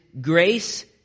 grace